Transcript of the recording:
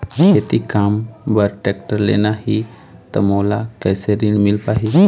खेती काम बर टेक्टर लेना ही त मोला कैसे ऋण मिल पाही?